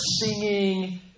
singing